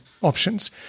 options